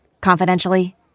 Confidentially